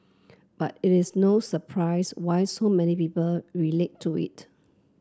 but it is no surprise why so many people relate to it